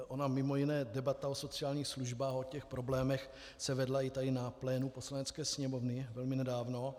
Ona mimo jiné debata o sociálních službách a o těch problémech se vedla i tady na plénu Poslanecké sněmovny velmi nedávno.